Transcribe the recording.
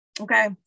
Okay